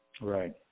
Right